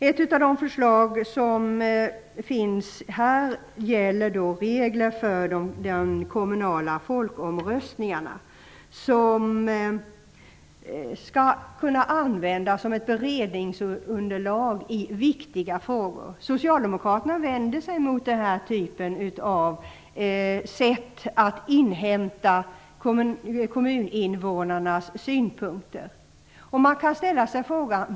Ett av de förslag som finns i betänkandet gäller regler för de kommunala folkomröstningarna. Folkomröstningar skall kunna användas som ett beredningsunderlag i viktiga frågor. Socialdemokraterna vänder sig mot att man inhämtar kommuninvånarnas synpunkter på detta sätt.